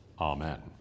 Amen